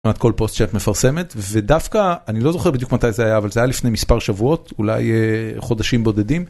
כמעט כל פוסט שאת מפרסמת, ודווקא אני לא זוכר בדיוק מתי זה היה, אבל זה היה לפני מספר שבועות, אולי חודשים בודדים.